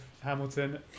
Hamilton